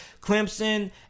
Clemson